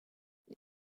wird